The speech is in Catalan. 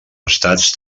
estats